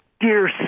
dear